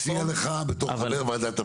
אני מציע לך בתור חבר ועדת הפנים,